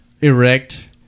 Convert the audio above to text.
erect